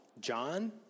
John